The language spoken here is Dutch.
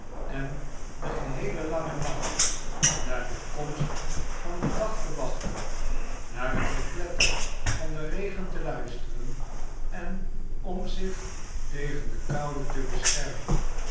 en den geheelen langen nacht naar de komst van den dag te wachten naar het gekletter van den regen te luisteren en om zich tegen de koude te beschermen